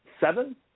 seven